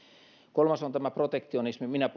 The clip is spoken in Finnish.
kolmas on tämä protektionismi minä